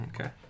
okay